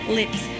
lips